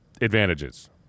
advantages